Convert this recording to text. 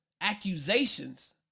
accusations